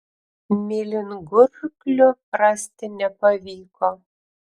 mėlyngurklių rasti nepavyko